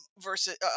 versus